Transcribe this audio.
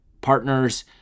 Partners